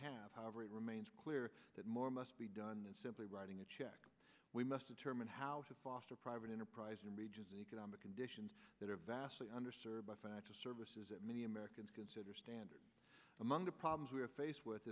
have however it remains clear that more must be done than simply writing a check we must determine how to foster private enterprise in regions economic conditions that are vastly under served by financial services that many americans consider standard among the problems we are faced with